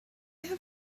have